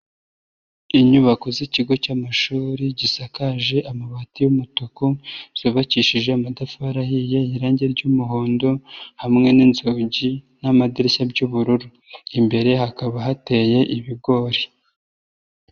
Inyubako z'ikigo cy'amashuri gisakaje amabati y'umutuku, zubakishije amatafari ahiye, irangi ry'umuhondo hamwe n'inzugi n'amadirishya by'ubururu, imbere hakaba hateye ibigori.